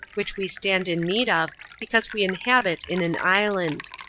which we stand in need of, because we inhabit in an island.